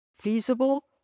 feasible